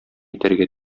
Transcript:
итәргә